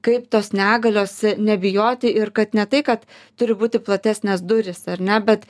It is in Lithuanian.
kaip tos negalios nebijoti ir kad ne tai kad turi būti platesnės durys ar ne bet